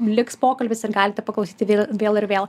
liks pokalbis ir galite paklausyti vėl vėl ir vėl